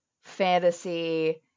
fantasy